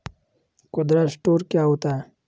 खुदरा स्टोर क्या होता है?